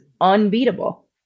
unbeatable